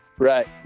Right